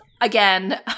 Again